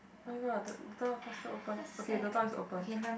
oh-my-god the the faster open okay the door is open